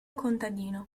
contadino